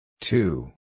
Two